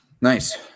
Nice